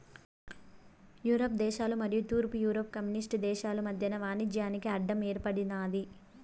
Europe దేశాలు మరియు తూర్పు యూరప్ కమ్యూనిస్టు దేశాలు మధ్యన వాణిజ్యానికి అడ్డం ఏర్పడినాది